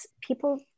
people